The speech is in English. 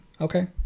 okay